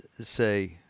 say